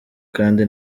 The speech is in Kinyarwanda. kandi